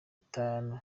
itanu